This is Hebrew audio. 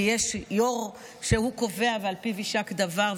כי יש יו"ר שהוא קובע ועל פיו יישק דבר,